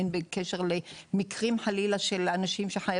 הן בקשר למקרים של חייבים,